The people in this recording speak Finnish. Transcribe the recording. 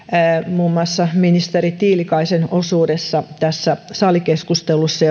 muun muassa ministeri tiilikaisen osuudessa tässä salikeskustelussa